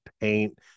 paint